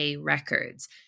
records